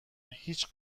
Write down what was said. هیچ